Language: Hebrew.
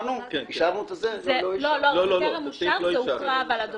זה טרם אושר, אבל זה הוקרא.